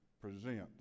present